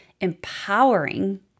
empowering